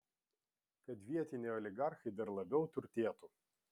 kad vietiniai oligarchai dar labiau turtėtų